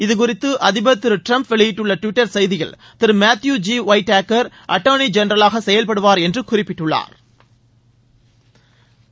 இது குறித்து அதிபர் திரு டிரம்ப் வெளியிட்டுள்ள டுவிட்டர் செய்தியில் திரு Matthew G Whitaker attorney ஜென்ரவாக செயல்படுவாா் என்று குறிப்பிட்டுள்ளாா்